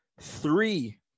three